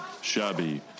shabby